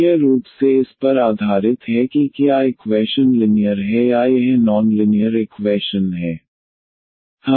मुख्य रूप से इस पर आधारित है कि क्या इक्वैशन लिनियर है या यह नॉन लिनीयर इक्वैशन है